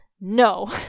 no